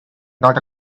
not